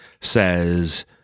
says